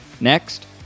Next